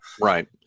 right